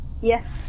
yes